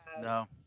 No